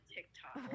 TikTok